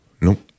Nope